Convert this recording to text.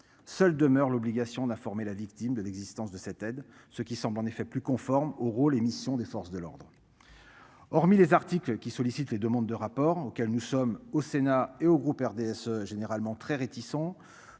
seule demeure l'obligation d'informer la victime de l'existence de cette aide, ce qui semble en effet plus conforme au rôle et missions des forces de l'ordre. Hormis les articles qui sollicitent les demandes de rapport auquel nous sommes au sénat et au groupe RDSE généralement très réticents.